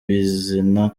bizana